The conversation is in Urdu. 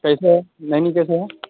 کیسے ہے نینی کیسے ہے